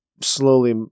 Slowly